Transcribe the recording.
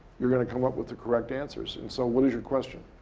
you're going to come up with the correct answers. and so what is your question?